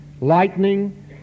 Lightning